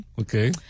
Okay